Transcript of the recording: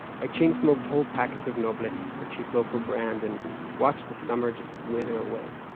i chained smoked whole packets of nobles, the cheap local brand, and watched the summer just wither away.